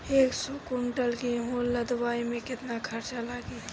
एक सौ कुंटल गेहूं लदवाई में केतना खर्चा लागी?